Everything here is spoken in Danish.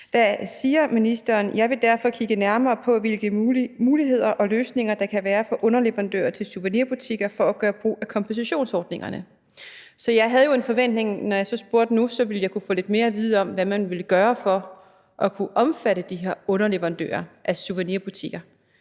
svarer ministeren: »Jeg vil derfor kigge nærmere på, hvilke muligheder og løsninger, der kan være for underleverandører til souvenirbutikker for at gøre brug af kompensationsordningerne.« Jeg havde jo en forventning om, når jeg så spurgte nu, at jeg kunne få lidt mere at vide om, hvad man ville gøre for at kunne omfatte de her underleverandører til souvenirbutikker.